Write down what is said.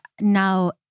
now